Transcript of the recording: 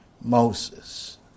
Moses